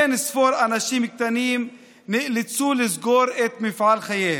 אין-ספור אנשים קטנים נאלצו לסגור את מפעל חייהם.